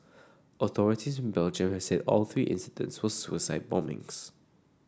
authorities in Belgium have said all three incidents were suicide bombings